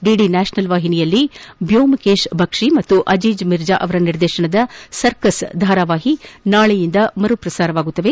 DD national ವಾಹಿನಿಯಲ್ಲಿ ಬ್ನೋಮಕೇಶ್ ಭಕ್ಷಿ ಮತ್ತು ಆಜೀಜ್ ಮಿರ್ಜಾ ಅವರ ನಿರ್ದೇಶನದ ಸರ್ಕಸ್ ಧಾರಾವಾಹಿ ನಾಳೆಯಿಂದ ಮರು ಪ್ರಸಾರವಾಗಲಿದೆ